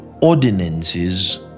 ordinances